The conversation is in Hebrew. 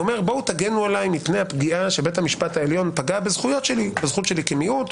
בעיניי אלה דוגמאות קשות,